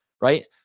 right